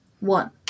One